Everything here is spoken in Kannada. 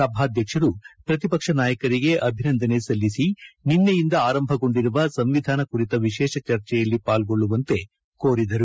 ಸಭಾಧ್ಯಕ್ಷರು ಪ್ರತಿಪಕ್ಷ ನಾಯಕರಿಗೆ ಅಭಿನಂದನೆ ಸಲ್ಲಿಸಿ ನಿನ್ನೆಯಿಂದ ಆರಂಭಗೊಂಡಿರುವ ಸಂವಿಧಾನ ಕುರಿತ ವಿಶೇಷ ಚರ್ಚೆಯಲ್ಲಿ ಪಾಲ್ಗೊಳ್ಳುವಂತೆ ಕೋರಿದರು